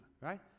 right